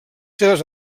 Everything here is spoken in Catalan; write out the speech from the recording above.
seves